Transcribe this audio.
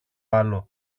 άλλο